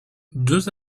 deux